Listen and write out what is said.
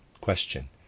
Question